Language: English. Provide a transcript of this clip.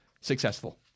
successful